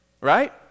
Right